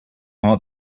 are